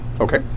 Okay